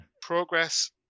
progress